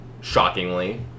shockingly